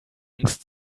angst